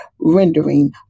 rendering